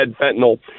fentanyl